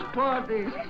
parties